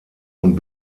und